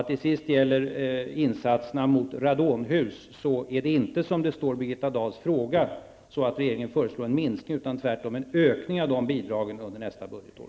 Till sist: I fråga om insatserna för att komma till rätta med radonhus föreslår regeringen inte -- som det står i Birgitta Dahls fråga -- en minskning, utan man föreslår tvärtom en ökning av dessa bidrag under nästa budgetår.